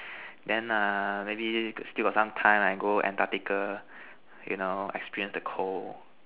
then err maybe still got some time I go Antarctica you know experience the cold